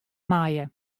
meie